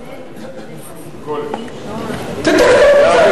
אל תגיד אי-אפשר,